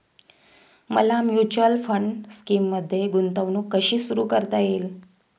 मला mutual fund स्कीममध्ये गुंतवणूक कशी सुरू करता येईल?